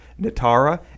Natara